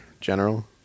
general